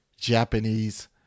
Japanese